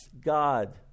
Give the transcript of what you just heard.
God